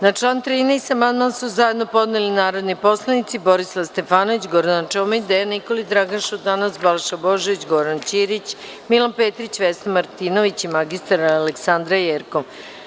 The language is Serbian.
Na član 13. amandman su zajedno podneli narodni poslanici Borislav Stefanović, Gordana Čomić, Dejan Nikolić, Dragan Šutanovac, Balša Božović, Goran Ćirić, Milan Petrić, Vesna Martinović i mr Aleksandra Jerkov.